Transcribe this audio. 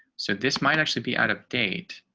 so this might actually be out of date.